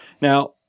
Now